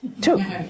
Two